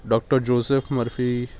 doctor joseph murphy